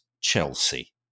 Chelsea